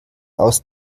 aus